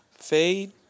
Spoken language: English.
Fade